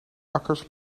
akkers